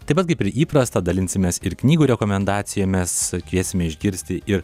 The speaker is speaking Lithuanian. taip pat kaip ir įprasta dalinsimės ir knygų rekomendacijomis kviesime išgirsti ir